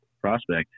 prospect